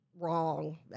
wrong